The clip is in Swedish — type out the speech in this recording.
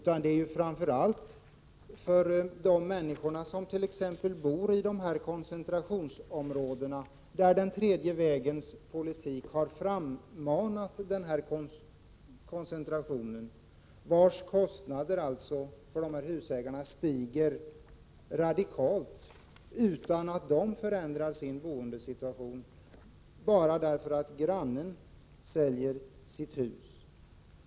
Nej, det är framför allt fråga om de människor som t.ex. bor i koncentrationsområden — alltså områden där den tredje vägens politik har frammanat ett koncentrationsboende — och som får radikalt ökade boendekostnader, trots att de själva inte förändrar sin boendesituation. De ökade kostnaderna beror t.ex. på att grannen säljer sitt hus.